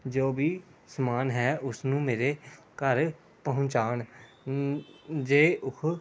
ਜੋ ਵੀ ਸਮਾਨ ਹੈ ਉਸ ਨੂੰ ਮੇਰੇ ਘਰ ਪਹੁੰਚਾਉਣ ਜੇ ਉਹ